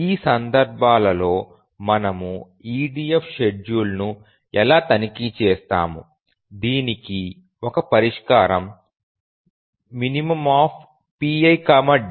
ఈ సందర్భాలలో మనము EDF షెడ్యూల్ను ఎలా తనిఖీ చేస్తాము దీనికి ఒక పరిష్కారం minpidi తీసుకోవడం